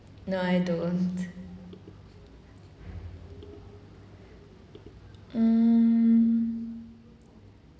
I don't mm